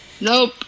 Nope